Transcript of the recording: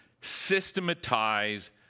systematize